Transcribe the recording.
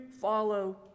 follow